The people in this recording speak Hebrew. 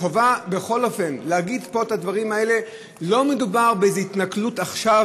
חובה להגיד פה את הדברים האלה: לא מדובר באיזו התנכלות עכשיו,